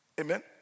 Amen